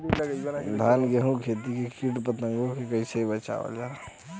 धान गेहूँक खेती के कीट पतंगों से कइसे बचावल जाए?